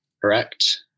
Correct